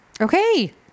Okay